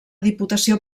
diputació